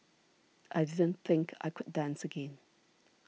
I didn't think I could dance again